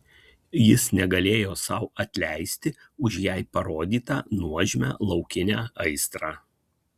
jis negalėjo sau atleisti už jai parodytą nuožmią laukinę aistrą